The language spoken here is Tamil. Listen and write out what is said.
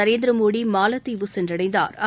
நரேந்திரமோடி மாலத்தீவு சென்றடைந்தாா்